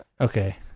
Okay